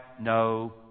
no